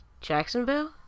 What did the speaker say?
Jacksonville